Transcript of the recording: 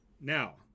Now